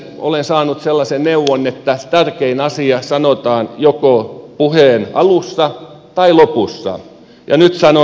olen saanut sellaisen neuvon että tärkein asia sanotaan joko puheen alussa tai lopussa ja nyt sanon lopussa